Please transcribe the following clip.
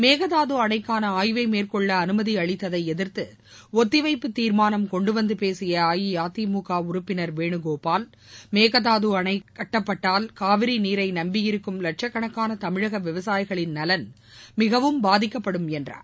மேகதாது அணைக்கான ஒத்திவைப்பு தீர்மானம் கொண்டுவந்து பேசிய அஇஅதிமுக உறுப்பினர் வேணுகோபால் மேகதாது அணை கட்டப்பட்டால் காவிரி நீரை நம்பியிருக்கும் வட்சக்கணக்கான தமிழக விவசாயிகளின் நலன் மிகவும் பாதிக்கப்படும் என்றார்